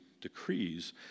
decrees